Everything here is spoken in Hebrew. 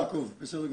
נעקוב, בסדר גמור.